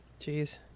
Jeez